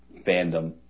fandom